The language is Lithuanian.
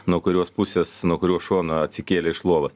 nuo kurios pusės nuo kurio šono atsikėlė iš lovos